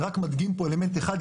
רק מדגים פה אלמנט אחד,